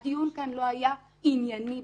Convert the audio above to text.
הדיון כאן לא היה ענייני בכלל.